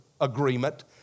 Agreement